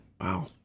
wow